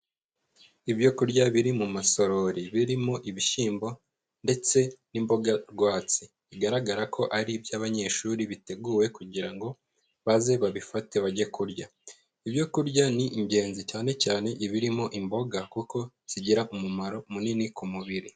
Ibyo kurya biri mu masorori, birimo ibishyimbo, ndetse n'imboga rwatsi, bigaragara ko ari iby'abanyeshuri, biteguwe kugira ngo baze babifate bajye kurya, ibyo kurya ni ingenzi, cyane cyane ibirimo imboga kuko zigira umumaro munini ku mubiri.